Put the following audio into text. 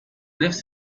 lives